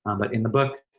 um but in the book,